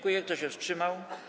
Kto się wstrzymał?